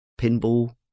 Pinball